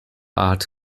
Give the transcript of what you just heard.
art